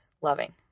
loving